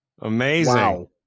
amazing